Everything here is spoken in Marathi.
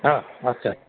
हां अच्छा